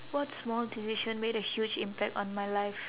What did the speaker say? what small decision made a huge impact on my life